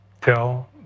tell